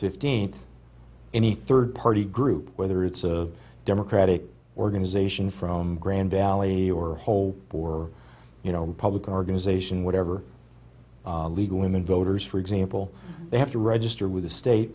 fifteenth any third party group whether it's a democratic organization from grand valley or a hole or you know public organization whatever legal women voters for example they have to register with the state